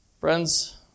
Friends